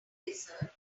blizzard